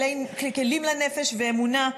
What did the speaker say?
כלים לנפש ולאמונה,